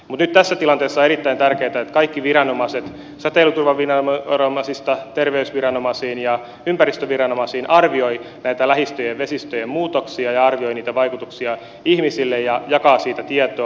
mutta nyt tässä tilanteessa on erittäin tärkeää että kaikki viranomaiset säteilyturvaviranomaisista terveysviranomaisiin ja ympäristöviranomaisiin arvioivat näitä lähistöjen vesistöjen muutoksia ja arvioivat niitä vaikutuksia ihmisille ja jakavat niistä tietoa